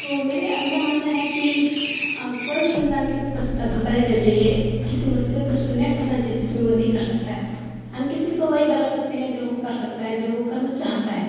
تو میرے میرا ماننا ہے کہ کوئی بھی انسان کسی کو اس طرح دھوکا نہیں دینا چاہیے کسی مصیبت میں اس کو نہیں پھنسانا چاہیے جس میں وہ نہیں کر سکتا ہے ہم کسی کو وہی بتا سکتے ہیں جو وہ کر سکتا ہے جو وہ کرنا چاہتا ہے